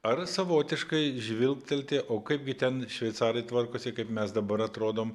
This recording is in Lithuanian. ar savotiškai žvilgtelti o kaipgi ten šveicarai tvarkosi kaip mes dabar atrodom